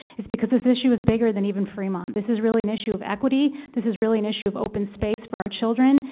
is because this issue is bigger than even fremont. this is really an issue of equity, this is really an issue of open space for our children,